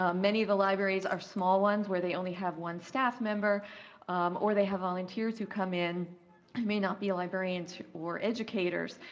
ah many of the libraries are small ones where they only have one staff member or they have volunteers who come in, and may not be librarians or educators.